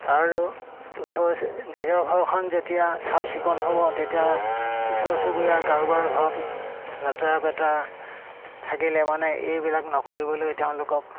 আৰু ওচৰ নিজৰ ঘৰখন যেতিয়া চাফ চিকুণ হ'ব তেতিয়া ওচৰ চুবুৰীয়া কাৰোবাৰ ঘৰত লাতেৰা পেতেৰা থাকিলে মানে এইবিলাক নকৰিবলৈ তেওঁলোকক